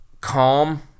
calm